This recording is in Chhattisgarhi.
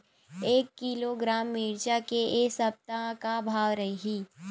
एक किलोग्राम मिरचा के ए सप्ता का भाव रहि?